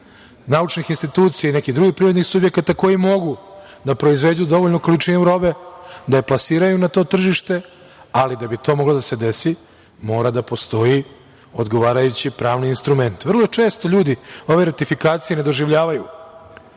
naučnih institucija i nekih drugih privrednih subjekata koji mogu da proizvedu dovoljnu količinu robe da je plasiraju na to tržište, ali da bi to moglo da se desi, mora da postoji odgovarajući pravni instrument. Vrlo često ljudi ove ratifikacije ne doživljavaju